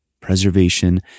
preservation